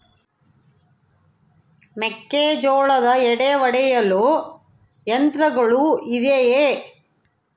ಮೆಕ್ಕೆಜೋಳದ ಎಡೆ ಒಡೆಯಲು ಯಂತ್ರಗಳು ಇದೆಯೆ?